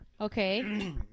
Okay